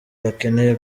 bakeneye